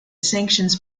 sanctions